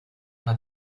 una